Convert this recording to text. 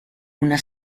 una